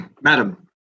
Madam